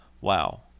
Wow